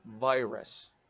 virus